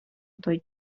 той